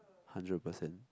hundred percent